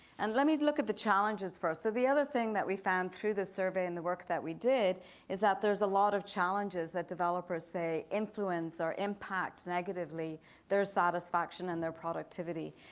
and let me look at the challenges for us. so the other thing that we found through the survey and the work that we did is that there's a lot of challenges that developers, say influence or impact negatively their satisfaction and their productivity.